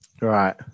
Right